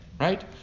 right